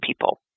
people